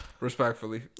Respectfully